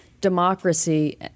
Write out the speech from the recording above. democracy